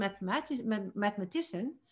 mathematician